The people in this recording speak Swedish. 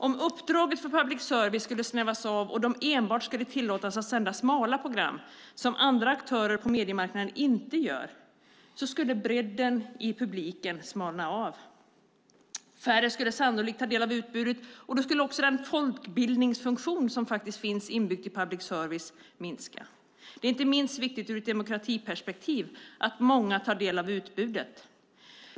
Om uppdraget för public service skulle snävas av och de enbart skulle tillåtas att sända smala program som andra aktörer på mediemarknaden inte gör skulle bredden i publiken smalna av. Färre skulle sannolikt ta del av utbudet, och då skulle också den folkbildningsfunktion som finns inbyggd i public service minska. Det är inte minst viktigt ur ett demokratiperspektiv att många tar del av utbudet.